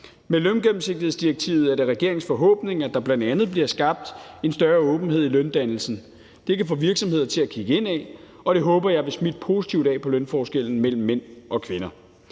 Med løngennemsigtighedsdirektivet er det regeringens forhåbning, at der bl.a. bliver skabt en større åbenhed om løndannelsen. Det kan få virksomheder til at kigge indad, og det håber jeg vil smitte positivt af på lønforskellen mellem mænd og kvinder.